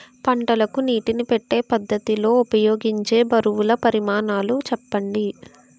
పంటలకు నీటినీ పెట్టే పద్ధతి లో ఉపయోగించే బరువుల పరిమాణాలు చెప్పండి?